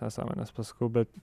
nesąmones pasakau bet